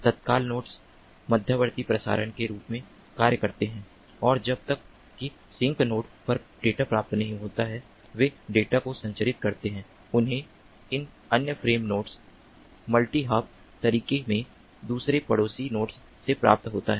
तत्काल नोड्स मध्यवर्ती प्रसारण के रूप में कार्य करते हैं औरजब तक कि सिंक नोड पर डेटा प्राप्त नहीं होता है वे डेटा को संचारित करते हैं जो उन्हें इन अन्य फ्रेम नोड्स मल्टी हॉप तरीके में दूसरे पड़ोसी नोड्स से प्राप्त होता है